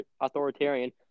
authoritarian